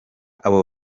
abo